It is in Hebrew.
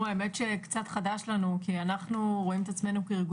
קצת חדש לנו כי אנחנו רואים את עצמנו כארגון